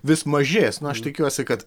vis mažės na aš tikiuosi kad